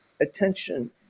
attention